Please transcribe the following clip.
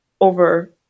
over